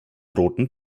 roten